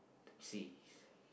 seas